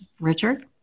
Richard